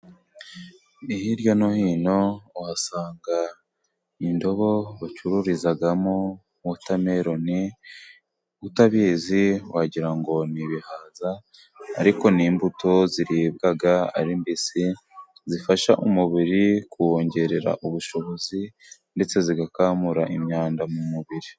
Hirya no hino uhasanga indobo bacururizamo wotameloni, utabizi wagira ngo ni ibihaza ,ariko ni imbuto ziribwa ari mbisi zifasha umubiri kuwongerera ubushobozi ndetse zigakamura imyanda mu mubiri.